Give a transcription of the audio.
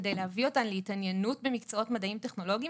כדי להביא אותן להתעניינות במקצועות מדעיים טכנולוגיים